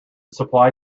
supply